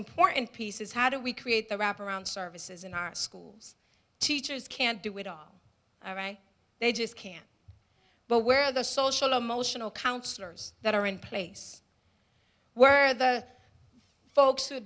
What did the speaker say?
important piece is how do we create the wrap around services in our schools teachers can't do it all right they just can't but where the social emotional counselors that are in place were the folks who